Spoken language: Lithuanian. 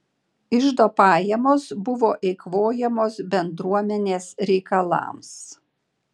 iždo pajamos buvo eikvojamos bendruomenės reikalams